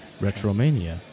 Retromania